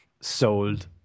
Sold